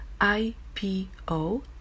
IPO